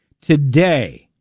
Today